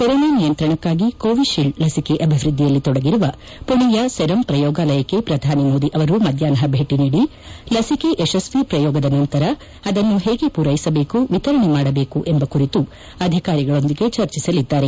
corona ನಿಯಂತ್ರಣಕ್ಕಾಗಿ Covishield ಲಸಿಕೆ ಅಭಿವೃದ್ಧಿಯಲ್ಲಿ ತೊಡಗಿರುವ ಮಣೆಯ ಸೆರಂ ಪ್ರಯೋಗಾಲಯಕ್ಕೆ ಪ್ರಧಾನಿ ಮೋದಿ ಅವರು ಮಧ್ಧಾಪ್ನ ಭೇಟ ನೀಡಿ ಲಸಿಕೆ ಯತಶ್ವಿ ಪ್ರಯೋಗದ ನಂತರ ಆದನ್ನು ಹೇಗೆ ಪೂರೈಸಬೇಕು ವಿತರಣೆ ಮಾಡಬೇಕು ಎಂಬ ಕುರಿತು ಅಧಿಕಾರಿಗಳೊಂದಿಗೆ ಚರ್ಚಿಸಲಿದ್ದಾರೆ